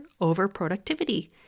overproductivity